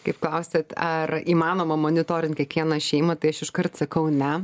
kaip klausiat ar įmanoma monitorint kiekvieną šeimą tai aš iškart sakau ne